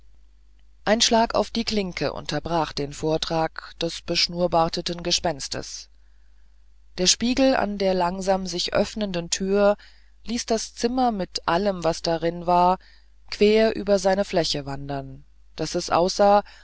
ein schlag auf die klinke unterbrach den vortrag des beschnurrbarteten gespenstes der spiegel an der langsam sich öffnenden tür ließ das zimmer mit allem was darin war quer über seine fläche wandern daß es aussah